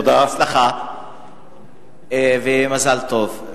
בהצלחה ומזל טוב.